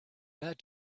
that